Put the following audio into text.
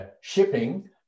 shipping